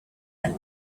and